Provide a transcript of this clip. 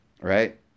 right